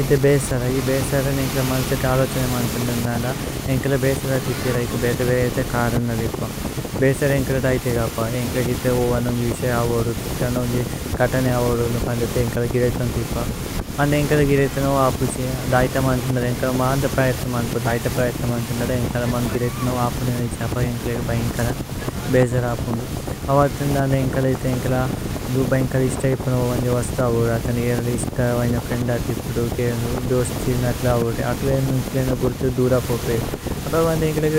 ഇഥേ ബേസര ഇ ബേസരനേ ഏന്കേലേ മന്സതേ അലോഛനേമ്। അന്തന്ദനദ ഏന്കേലേ ബേസര തിപിര ഇക്ക ബേത ബേത। കരന തിപ ഭേസര ഏന്കേലേ ദൈഥിഗ പ ഏന്കേലേ ഗിഥേ। ഉവനുന്ജി വിശയ അവോദുദു ഥന്ദുന്ജി ഗത്തനേ അവോദുദു। പന്ദിഥ ഏന്കേലേ ഗിരേഇഥോന് തിപ അന്ത ഏന്കേലേ ഗിരേഇഥനോ। വപുചി ദൈഥ മന്തന്ദല ഏന്കേലേ മാന്ത പ്രഏഇഥന। മന്തന്ദല ദൈഥ പ്രഏഇഥന മന്തന്ദല ഏന്കേലേ മന്ഗ്। ഗിരേഇഥനോ വപു നിരേഛി അപ ഏന്കേലേ ബൈന്കര ബേസര। അപുന്ദു അവഥന് ഥന്ദ ഏന്കേലേ ഇഥേ ഏന്കേല ബൈന്കര। ഇശ്ത ഇപുന ഉവന്ജു വസ്തു അവോദു ഥനേ ഏന്കേലേ ഇശ്ത। വയ്ന ഫ്രേന്ദ തിപുദു ദോസ്തി നകല അവോദു ഏന്കേലേ ഏന്കേലേ। ഏന ബുര്ഥു ദുര പോപേ അപ ഗവന്തേ ഏന്കേലേ